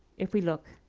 if we look.